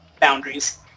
boundaries